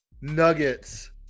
Nuggets